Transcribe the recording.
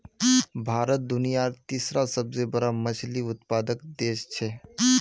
भारत दुनियार तीसरा सबसे बड़ा मछली उत्पादक देश छे